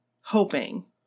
hoping